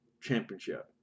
championship